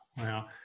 Wow